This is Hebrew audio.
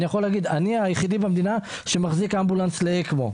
אני יכול להגיד שאני היחידי במדינה שמחזיק אמבולנס לאקמו.